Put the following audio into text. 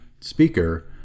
speaker